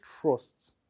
trusts